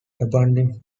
abandoning